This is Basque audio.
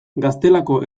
gaztelako